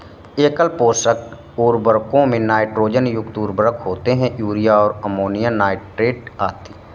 एकल पोषक उर्वरकों में नाइट्रोजन युक्त उर्वरक होते है, यूरिया और अमोनियम नाइट्रेट आदि